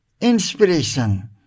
inspiration